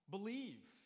Believe